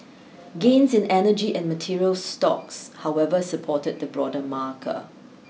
gains in energy and materials stocks however supported the broader marker